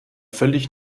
völlig